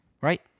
Right